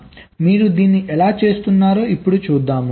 కాబట్టి మీరు దీన్ని ఎలా చేస్తున్నారో ఇప్పుడు చూద్దాం